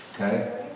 Okay